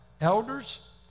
elders